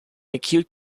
acute